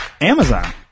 Amazon